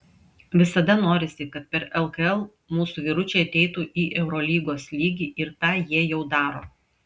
visada norisi kad per lkl mūsų vyručiai ateitų į eurolygos lygį ir tą jie jau daro